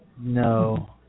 No